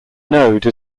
node